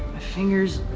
fingers